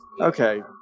Okay